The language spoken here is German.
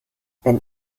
wenn